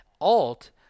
Alt